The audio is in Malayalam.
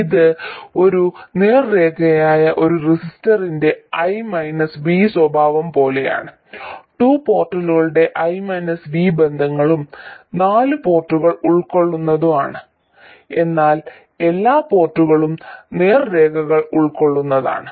ഇത് ഒരു നേർരേഖയായ ഒരു റെസിസ്റ്ററിന്റെ I V സ്വഭാവം പോലെയാണ് ടു പോർട്ടുകളുടെ I V ബന്ധങ്ങളും നാല് പ്ലോട്ടുകൾ ഉൾക്കൊള്ളുന്നതാണ് എന്നാൽ എല്ലാ പ്ലോട്ടുകളും നേർരേഖകൾ ഉൾക്കൊള്ളുന്നതാണ്